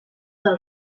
del